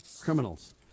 criminals